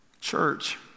Church